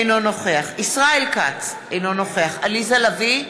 אינו נוכח ישראל כץ, אינו נוכח עליזה לביא,